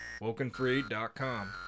wokenfree.com